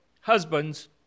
Husbands